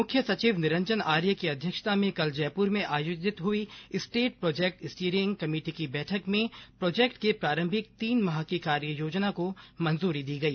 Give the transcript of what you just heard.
मुख्य सचिव निरंजन आर्य की अध्यक्षता में कल जयपुर में आयोजित हई स्टेट प्रोजेक्ट स्टीयरिंग कमेटी की बैठक में प्रोजेक्ट के प्रारंभिक तीन माह की कार्य योजना को मंजूरी दी गई